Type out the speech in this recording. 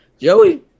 Joey